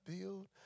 build